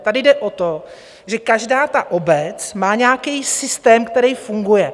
Tady jde o to, že každá obec má nějaký systém, který funguje.